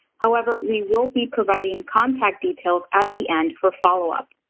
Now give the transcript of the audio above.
however, we will be providing contact details at the end for follow-up.